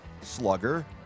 slugger